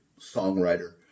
songwriter